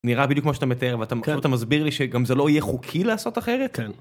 נראה בדיוק כמו שאתה מתאר ואתה מסביר לי שגם זה לא יהיה חוקי לעשות אחרת. כן.